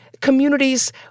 communities